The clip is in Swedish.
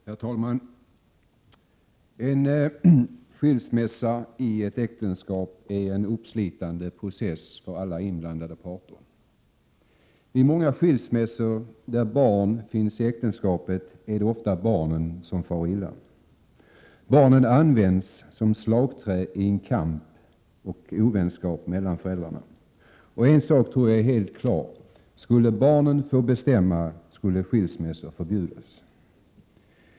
Herr talman! En skilsmässa i ett äktenskap är en uppslitande process för 20 maj 1988 alla inblandade parter. Vid många skilsmässor där barn finns i äktenskapet, är det ofta barnen som far illa. Barnen används som slagträ vid kamp och ovänskap mellan föräldrarna. En sak tror jag nog är helt klar: skulle barnen få bestämma skulle skilsmässor förbjudas.